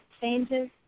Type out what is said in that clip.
changes